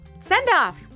Send-off